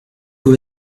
who